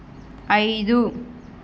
ఐదు